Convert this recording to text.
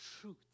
truth